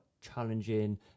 challenging